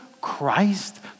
Christ